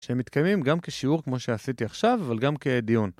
שמתקיימים גם כשיעור כמו שעשיתי עכשיו, וגם כדיון